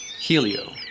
Helio